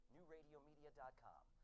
Newradiomedia.com